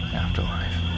afterlife